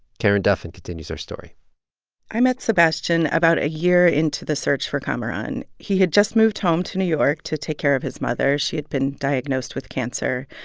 karen duffin continues her story i met sebastian about a year into the search for kamaran. he had just moved home to new york to take care of his mother she had been diagnosed with cancer.